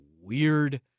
weird